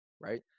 right